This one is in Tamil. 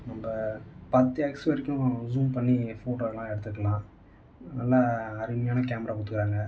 நம்ப பத்து எக்ஸ் வரைக்கும் ஸூம் பண்ணி ஃபோட்டோ எல்லாம் எடுத்துக்கலாம் நல்ல அருமையான கேமரா கொடுத்துருக்காங்க